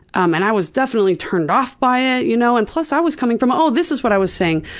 um and i was definitely turned off by it you know and plus i was coming from, oh this is what i was saying.